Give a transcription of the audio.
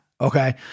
Okay